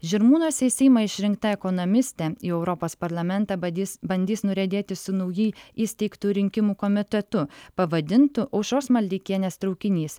žirmūnuose į seimą išrinkta ekonomistė į europos parlamentą badys bandys nuriedėti su naujai įsteigtų rinkimų kometetu pavadintu aušros maldeikienės traukinys